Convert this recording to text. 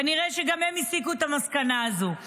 כנראה שגם הם הסיקו את המסקנה הזאת.